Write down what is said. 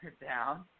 down